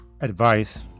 advice